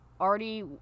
already